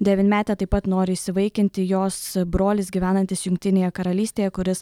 devynmetę taip pat nori įsivaikinti jos brolis gyvenantis jungtinėje karalystėje kuris